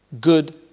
good